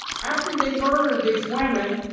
after they murdered these women,